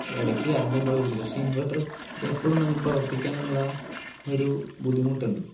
ഇടക്ക് കറണ്ട് പോകുമ്പോഴൊക്കെ ഇൻവെർട്ടർ എപ്പോഴും നമുക്ക് പ്രവർത്തിക്കാനുള്ള ഒരു ബുദ്ധിമുട്ടുണ്ട്